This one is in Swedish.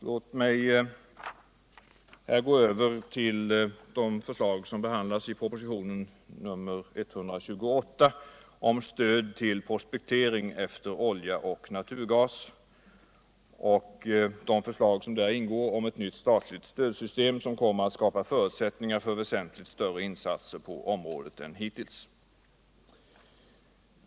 Cåt mig här gå över till de förslag som behandlas i propositionen 128 om stöd till prospektering efter olja och naturgas och det förslag som där ingår om ett nytt statligt stödsystem som kommer att skapa förutsättningar för väsentligt större insatser på området än hittills.